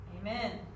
Amen